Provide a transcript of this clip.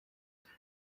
there